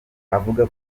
avuga